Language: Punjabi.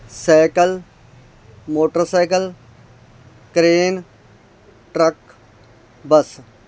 cycle motorcycle crane truck bus